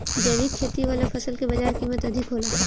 जैविक खेती वाला फसल के बाजार कीमत अधिक होला